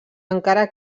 encara